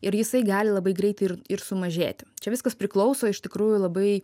ir jisai gali labai greitai ir ir sumažėti čia viskas priklauso iš tikrųjų labai